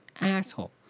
asshole